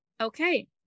Okay